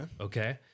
Okay